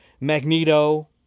Magneto